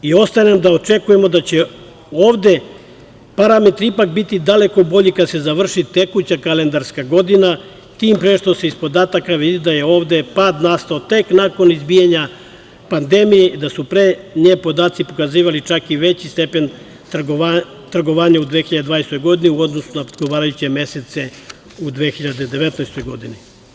I ostaje nam da očekujemo da ćemo ovde parametri ipak biti daleko bolji kada se završi tekuća kalendarska godina, tim pre što se iz podataka vidi da je ovde pad nastao tek nakon izbijanja pandemije, da su pre nje podaci pokazivali i veći stepen trgovanja u 2020. godini u odnosu na odgovarajuće mesece u 2019. godini.